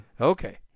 Okay